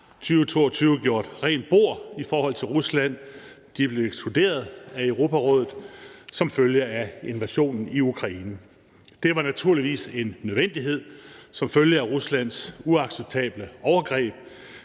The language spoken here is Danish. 2022 gjort rent bord i forhold til Rusland. De blev ekskluderet af Europarådet som følge af invasionen i Ukraine. Det var naturligvis en nødvendighed som følge af Ruslands uacceptable overgreb,